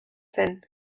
zen